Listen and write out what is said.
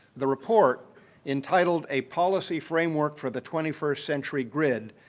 the report entitled a policy framework for the twenty first century grid,